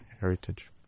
heritage